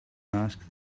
ask